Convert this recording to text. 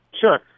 sure